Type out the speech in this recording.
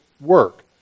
work